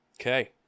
Okay